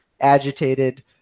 agitated